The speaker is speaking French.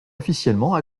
officiellement